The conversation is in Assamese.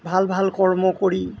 ভাল ভাল কৰ্ম কৰি